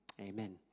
Amen